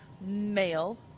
male